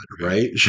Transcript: right